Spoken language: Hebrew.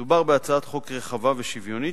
מדובר בהצעת חוק רחבה ושוויונית,